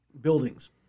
buildings